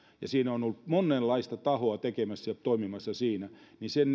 ja siinä on on ollut monenlaista tahoa tekemässä ja toimimassa siinä ja sen